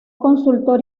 consultor